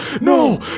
no